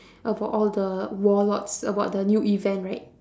about all the warlords about the new event right